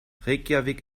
reykjavík